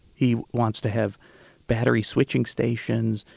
he wants to have battery switching stations,